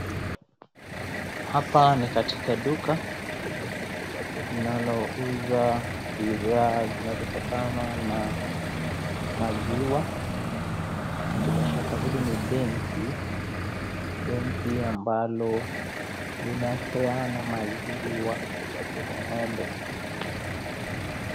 Hapa ni katika duka linalouza bidhaa zinazotokana na maziwa na bila shaka hili ni benki , benki ambalo linapeana maziwa ya ng'ombe.